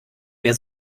wer